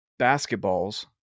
basketballs